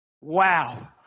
Wow